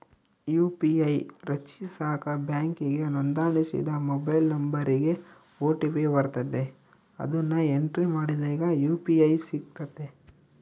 UPI ರಚಿಸಾಕ ಬ್ಯಾಂಕಿಗೆ ನೋಂದಣಿಸಿದ ಮೊಬೈಲ್ ನಂಬರಿಗೆ ಓ.ಟಿ.ಪಿ ಬರ್ತತೆ, ಅದುನ್ನ ಎಂಟ್ರಿ ಮಾಡಿದಾಗ ಯು.ಪಿ.ಐ ಸಿಗ್ತತೆ